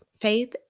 Faith